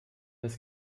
ist